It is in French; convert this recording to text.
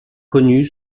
connu